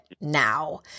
now